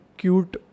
cute